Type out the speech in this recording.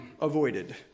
avoided